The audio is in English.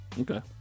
Okay